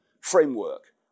framework